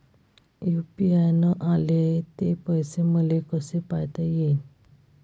UPI न आले ते पैसे मले कसे पायता येईन?